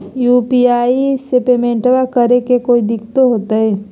UPI से पेमेंटबा करे मे कोइ दिकतो होते?